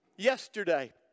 Yesterday